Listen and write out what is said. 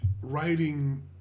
writing